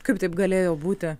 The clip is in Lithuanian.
kaip taip galėjo būti